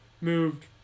moved